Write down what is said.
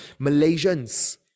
Malaysians